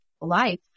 life